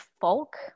folk